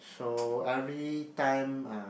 so everytime uh